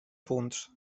punts